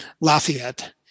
lafayette